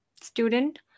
student